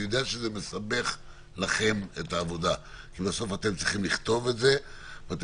אני יודע שזה מסבך לכם את העבודה כי בסוף אתם צריכים לכתוב את זה ואתם